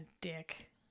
dick